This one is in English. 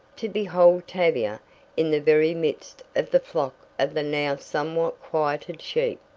to behold tavia in the very midst of the flock of the now somewhat quieted sheep.